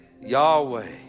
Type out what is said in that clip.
Yahweh